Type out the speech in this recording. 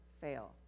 fail